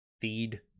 feed